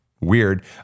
Weird